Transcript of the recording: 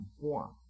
form